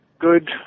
good